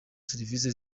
serivisi